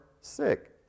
sick